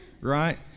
right